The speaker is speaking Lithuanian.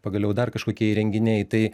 pagaliau dar kažkokie įrenginiai tai